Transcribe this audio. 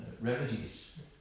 remedies